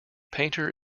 painter